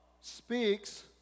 speaks